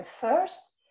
first